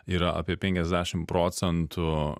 yra apie penkiasdešim procentų